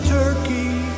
turkey